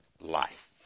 life